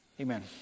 Amen